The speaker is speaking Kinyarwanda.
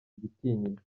igitinyiro